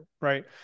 right